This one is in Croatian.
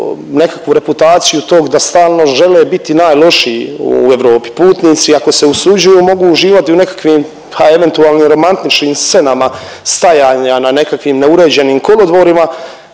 nekakvu reputaciju tog da stalno žele biti najlošiji u Europi. Putnici ako se usuđuju mogu uživati u nekakvim, pa eventualno romantičnim scenama, stajanja na nekakvim neuređenim kolodvorima